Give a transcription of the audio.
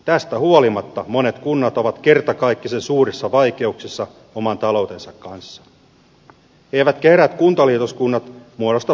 tästä huolimatta monet kunnat ovat kertakaikkisen suurissa vaikeuksissa oman taloutensa kanssa eivätkä eräät kuntaliitoskunnat muodosta poikkeusta sääntöön